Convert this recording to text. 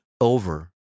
over